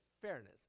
fairness